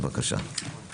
בבקשה.